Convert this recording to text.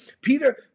Peter